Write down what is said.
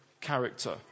character